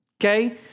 Okay